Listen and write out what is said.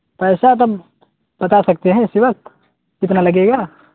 پیسہ تب بتا سکتے ہیں اسی وقت کتنا لگے گا